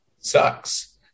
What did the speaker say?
sucks